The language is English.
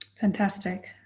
Fantastic